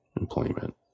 employment